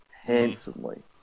handsomely